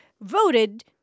voted